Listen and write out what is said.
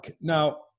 Now